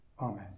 Amen